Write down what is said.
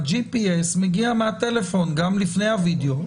ה-GPS מגיע מהפלאפון גם לפני הווידאו,